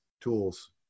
tools